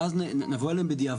ואז נבוא אליהם בדיעבד.